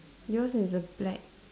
yours is a black